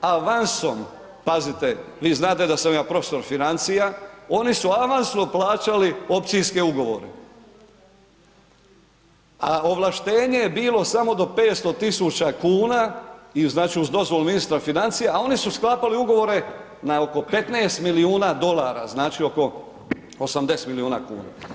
avansom, pazite vi znate da sam ja profesor financija, oni su avansno plaćali opcijske ugovore, a ovlaštenje je bilo samo do 500.000 kuna i znači uz dozvolu ministra financija, a oni su sklapali ugovore na oko 15 milijuna dolara, znači oko 80 milijuna kuna.